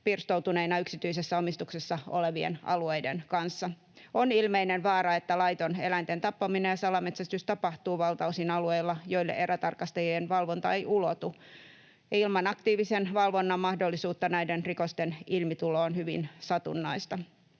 pirstoutuneina yksityisessä omistuksessa olevien alueiden kanssa. On ilmeinen vaara, että laiton eläinten tappaminen ja salametsästys tapahtuvat valtaosin alueilla, joille erätarkastajien valvonta ei ulotu, ja ilman aktiivisen valvonnan mahdollisuutta näiden rikosten ilmitulo on hyvin satunnaista.